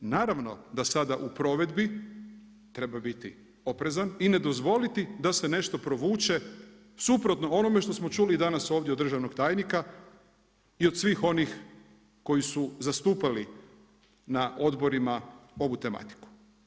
Naravno da sada u provedbi treba biti oprezan i ne dozvoliti da se nešto provuče suprotno onome što smo čuli danas ovdje od državnog tajnika i od svih onih koji su zastupali na odborima ovu tematiku.